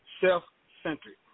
Self-centered